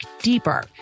deeper